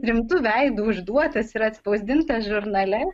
rimtu veidu užduotas ir atspausdintas žurnale